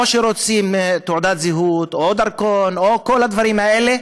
או שרוצים תעודת זהות או דרכון או כל הדברים האלה,